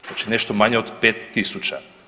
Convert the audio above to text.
Znači nešto manje od 5000.